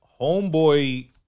Homeboy